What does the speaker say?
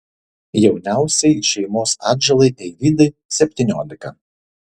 jauniausiai šeimos atžalai eivydai septyniolika